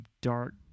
dark